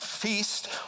feast